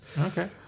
Okay